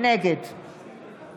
נגד